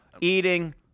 Eating